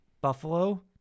Buffalo